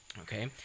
Okay